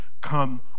come